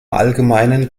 allgemeinen